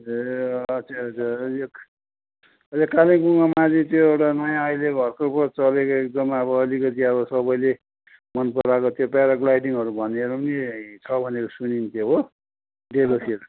ए आच्छा आच्छा यो अहिले कालिम्पोङमा माथि त्यो एउटा नयाँ अहिले भर्खरको चलेकै एकदम अब अलिकति अब सबैले मन पराएको त्यो प्याराग्लाइडिङहरू भन्नेहरू पनि छ भनेको सुनिन्थ्यो हो डेलोतिर